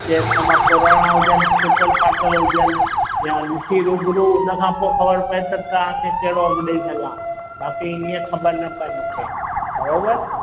के सफ़ा पुराणा हुजनि टुटल फाटल हुजनि या ॾिसी रूबरू उनखां पोइ ख़बर पए त तव्हांखे कहिड़ो अघु ॾेई सघां बाक़ी ईअं ख़बर न पए मूंखे बरोबरु